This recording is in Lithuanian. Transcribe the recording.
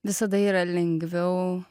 visada yra lengviau